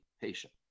patient